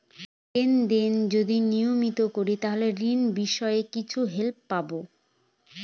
Lane দেন যদি নিয়মিত করি তাহলে ঋণ বিষয়ে কিছু হেল্প পাবো?